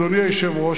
אדוני היושב-ראש,